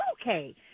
okay